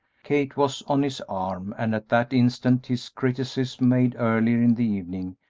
kate was on his arm, and at that instant his criticism, made earlier in the evening,